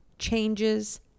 changes